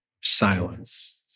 silence